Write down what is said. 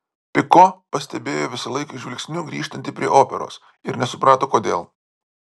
piko pastebėjo visąlaik žvilgsniu grįžtanti prie operos ir nesuprato kodėl